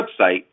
website